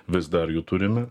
vis dar jų turime